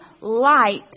light